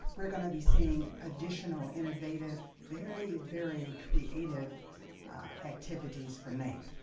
we're going to be seeing additional innovative, very, very creative activities for naep.